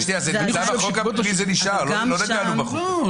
שנייה, זה נשאר, לא נגענו בחוק.